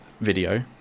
video